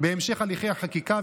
הליכי החקיקה,